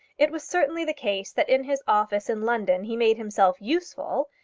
it was certainly the case that in his office in london he made himself useful,